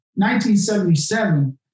1977